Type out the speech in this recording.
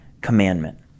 commandment